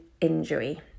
injury